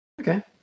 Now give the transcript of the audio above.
okay